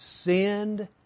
sinned